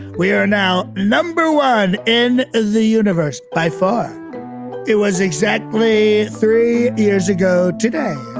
we are now number one in the universe by far it was exactly three years ago today,